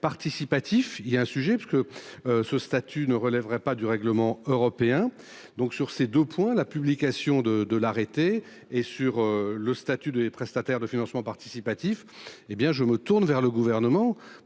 Il y a un sujet parce que ce statut ne relèverait pas du règlement européen. Donc sur ces 2 points. La publication de de l'arrêter et sur le statut des prestataires de financement participatif. Hé bien je me tourne vers le gouvernement